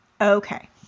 Okay